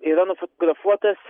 yra nufotografuotas